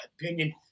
opinion